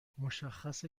مشخصه